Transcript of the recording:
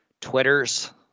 Twitters